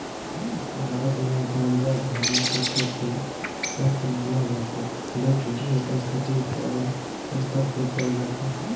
भारत मे गांजा, भांग के खेती सख्त मना बावे लेकिन एकर खेती बड़ स्तर पर कइल जाता